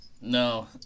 No